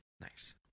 nice